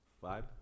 Five